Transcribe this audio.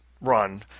run